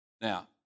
Now